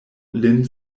lin